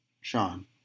Sean